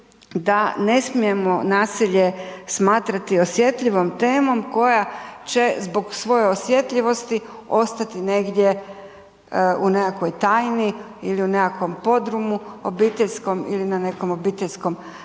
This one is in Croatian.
da ne smijemo nasilje smatrati osjetljivom temom koja će zbog svoje osjetljivosti ostati negdje u nekakvoj tajni ili u nekakvom podrumu obiteljskom ili na nekom obiteljskom tavanu